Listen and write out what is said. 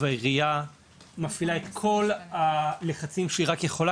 והעיריה מפעילה את כל הלחצים שהיא רק יכולה